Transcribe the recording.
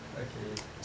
okay